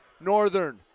Northern